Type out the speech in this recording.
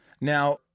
Now